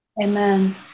Amen